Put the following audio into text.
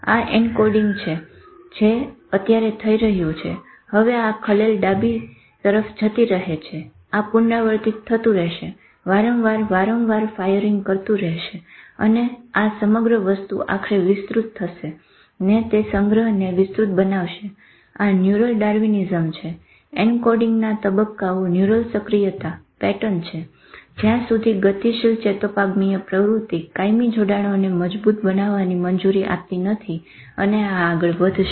આ એનકોડીંગ છે જે અત્યારે થઇ રહ્યું છે હવે આ ખલેલ ડાબી તરફ જતી રહી છે આ પુનરાવર્તિત થતું રહશે વારંવાર વારંવાર ફાયરીંગ કરતું રહશે અને સમગ્ર વસ્તુ આખરે વિસ્તૃત થશે તે સંગ્રહને વિસ્તૃત બનાવશે આ ન્યુરલ ડાર્વીનીઝમ છે એન્કોડિંગના તબ્બકાઓ ન્યુરલ સક્રિયતા પેટર્ન છે જ્યાં સુધી ગતિશીલ ચેતોપાગમીય પ્રવૃત્તિ કાયમી જોડાણોને મજબુત બનાવાની મંજુરી આપતી નથી અને આ આગળ વધશે